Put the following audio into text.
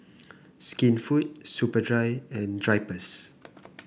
Skinfood Superdry and Drypers